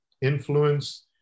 influence